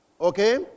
okay